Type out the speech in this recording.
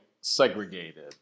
segregated